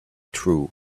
true